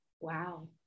Wow